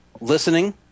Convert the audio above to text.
listening